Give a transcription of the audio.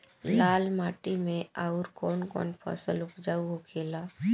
लाल माटी मे आउर कौन कौन फसल उपजाऊ होखे ला?